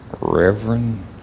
Reverend